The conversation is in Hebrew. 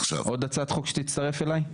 עוד הצעת חוק שתצטרף אליי?